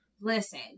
listen